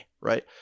right